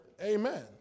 amen